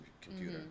computer